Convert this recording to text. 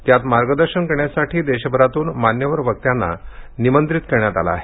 त्यात मार्गदर्शन करण्यासाठी देशभरातून मान्यवर वक्त्यांना निमंत्रित करण्यात आलं आहे